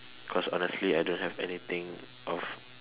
cause honestly I don't have anything of